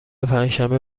پنجشنبه